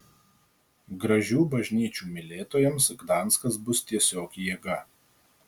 gražių bažnyčių mylėtojams gdanskas bus tiesiog jėga